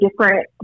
different